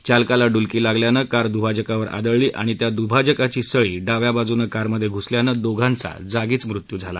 चालकाला डुलकी लागल्यानं कार दुभाजकावर आदळली आणि त्या दुभाजकाची सळी डाव्या बाजूनं कारमध्ये घुसल्यानं दोघांचा जागीच मृत्यु झाला